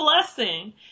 blessing